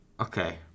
Okay